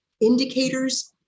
indicators